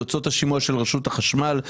תוצאות השימוע של רשות החשמל,